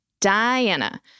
Diana